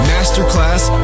Masterclass